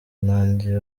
nagiye